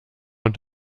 und